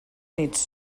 nits